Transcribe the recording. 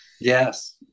yes